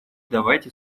давайте